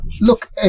Look